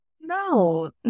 no